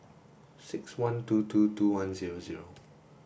six one two two two one zero zero